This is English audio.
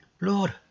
lord